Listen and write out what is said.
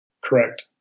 Correct